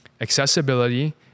Accessibility